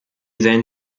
then